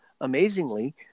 amazingly